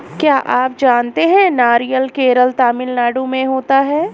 क्या आप जानते है नारियल केरल, तमिलनाडू में होता है?